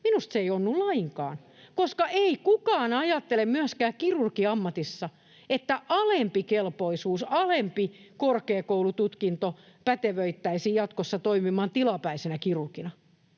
minusta onnu lainkaan, koska ei kukaan ajattele myöskään kirurgin ammatissa, että alempi kelpoisuus, alempi korkeakoulututkinto, pätevöittäisi jatkossa toimimaan tilapäisenä kirurgina.